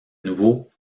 nouveau